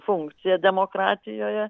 funkcija demokratijoje